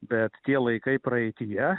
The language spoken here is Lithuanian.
bet tie laikai praeityje